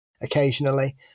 Occasionally